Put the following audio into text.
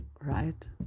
right